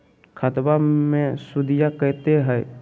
खतबा मे सुदीया कते हय?